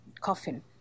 coffin